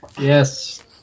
Yes